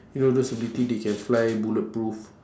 you know those ability they can fly bulletproof